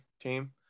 team